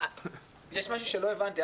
יש משהו שלא הבנתי.